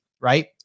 right